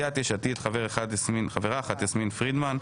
סיעת יש עתיד, חברה אחת: יסמין פרידמן.